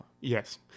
Yes